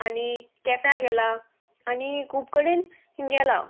आनी केप्यां गेलां आनी खूब कडेन गेलां हांव